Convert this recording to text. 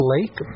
Lake